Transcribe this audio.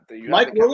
Mike